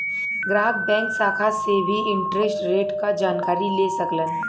ग्राहक बैंक शाखा से भी इंटरेस्ट रेट क जानकारी ले सकलन